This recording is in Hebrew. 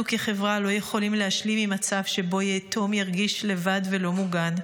אנחנו כחברה לא יכולים להשלים עם מצב שבו יתום ירגיש לבד ולא מוגן.